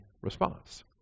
response